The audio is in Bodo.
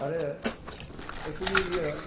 आरो एक्सुयेलि बियो